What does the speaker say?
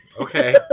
Okay